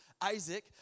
Isaac